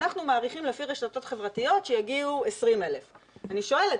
אנחנו מעריכים לפי רשתות חברתיות שיגיעו 20,000. אני שואלת,